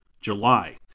July